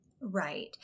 Right